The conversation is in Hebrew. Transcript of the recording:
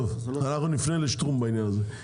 טוב, אנחנו נפנה לשטרום בעניין הזה.